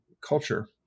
culture